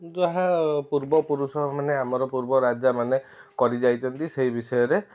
ଯାହା ପୂର୍ବପୁରୁଷ ମାନେ ଆମର ପୂର୍ବ ରାଜାମାନେ କରିଯାଇଛନ୍ତି ସେଇ ବିଷୟରେ